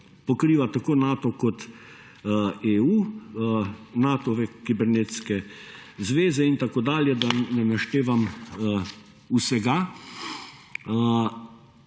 pokriva tako Nato kot EU, Natove kibernetske zveze in tako dalje, da ne naštevam vsega.